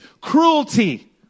cruelty